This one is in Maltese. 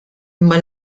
imma